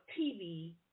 TV